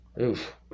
oof